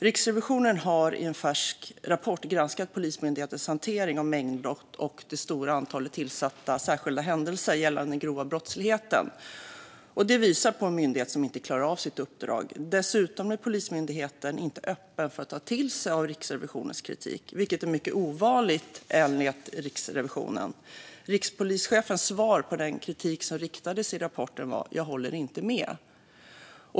Riksrevisionen har i en färsk rapport granskat Polismyndighetens hantering av mängdbrott och det stora antalet tillsatta särskilda händelser gällande den grova brottsligheten. Rapporten visar på en myndighet som inte klarar av sitt uppdrag. Dessutom är Polismyndigheten inte öppen för att ta till sig av Riksrevisionens kritik, vilket enligt Riksrevisionen är mycket ovanligt. Rikspolischefens svar på den kritik som riktades i rapporten var: Jag håller inte med.